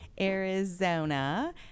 Arizona